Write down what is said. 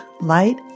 light